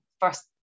first